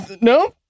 No